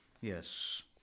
Yes